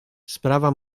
sprawa